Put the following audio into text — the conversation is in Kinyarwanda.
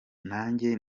nanjye